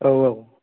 औ औ